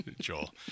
joel